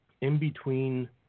in-between